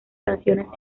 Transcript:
canciones